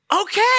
Okay